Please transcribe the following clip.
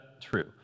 true